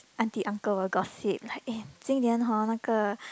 auntie uncle will gossip like eh 今年 hor 那个